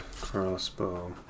crossbow